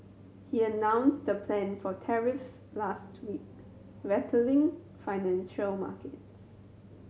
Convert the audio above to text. he announced the plan for tariffs last week rattling financial markets